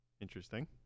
Interesting